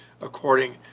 according